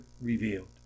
revealed